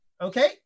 Okay